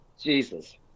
Jesus